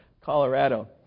Colorado